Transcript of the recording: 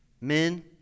men